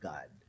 God